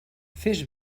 fes